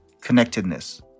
connectedness